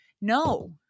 No